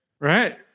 right